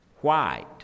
white